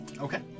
Okay